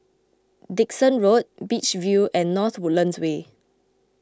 Dickson Road Beach View and North Woodlands Way